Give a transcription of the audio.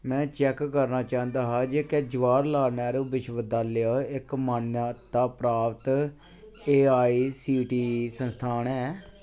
में चेक करना चांह्दा हा जे क्या जवाहरलाल नेहरू विश्वविद्यालय इक मान्यता प्राप्त A I C T E संस्थान ऐ